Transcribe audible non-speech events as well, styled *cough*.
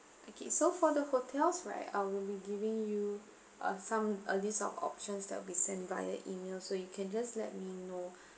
okay so for the hotels right I will be giving you uh some a list of options that will be sent via email so you can just let me know *breath*